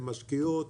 הן משקיעות,